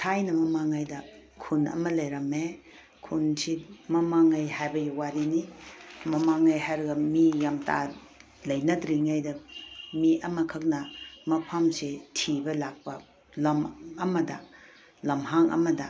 ꯊꯥꯏꯅ ꯃꯃꯥꯡꯉꯩꯗ ꯈꯨꯟ ꯑꯃ ꯂꯩꯔꯝꯃꯦ ꯍꯨꯟꯁꯤ ꯃꯃꯥꯡꯉꯩ ꯍꯥꯏꯕꯩ ꯋꯥꯔꯤꯅꯤ ꯃꯃꯥꯡꯉꯩ ꯍꯥꯏꯔꯒ ꯃꯤ ꯌꯥꯝ ꯂꯩꯅꯗ꯭ꯔꯤꯉꯩꯗ ꯃꯤ ꯑꯃꯈꯛꯅ ꯃꯐꯝꯁꯦ ꯊꯤꯕ ꯂꯥꯛꯄ ꯂꯝ ꯑꯃꯗ ꯂꯝꯍꯥꯡ ꯑꯃꯗ